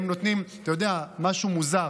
אתה יודע, משהו מוזר,